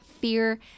fear